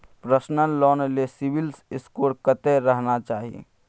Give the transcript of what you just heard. Personal loan ले CIBIL score कत्ते रहना चाही?